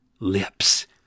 lips